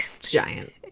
giant